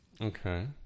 Okay